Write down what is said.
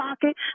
pocket